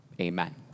Amen